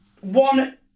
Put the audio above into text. one